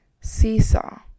seesaw